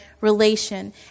relation